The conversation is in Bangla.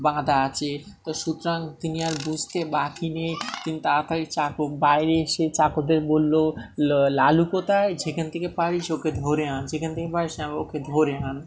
বাঁধা আছে তো সুতরাং তিনি আর বুঝতে বাকি নিয়ে তিনি তাড়াতাড়ি চাক বাইরে এসে চাকরদের বললো লালু কোথায় যেখান থেকে পারিস ওকে ধরে আন যেখান থেকে পারিস আমি ওকে ধরে আন